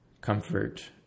comfort